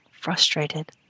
frustrated